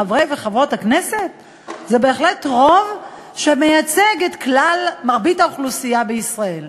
חברתי חברת הכנסת עליזה לביא הביאה סימוכין